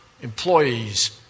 employees